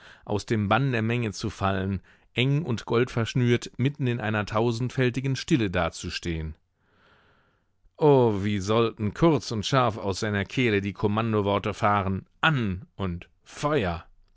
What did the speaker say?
aus dem bann der menge zu fallen eng und goldverschnürt mitten in einer tausendfältigen stille dazustehen oh wie sollten kurz und scharf aus seiner kehle die kommandoworte fahren an und feuer